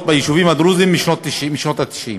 ביישובים הדרוזיים הן משנות ה-90,